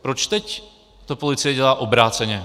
Proč teď to policie dělá obráceně?